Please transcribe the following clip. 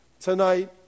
tonight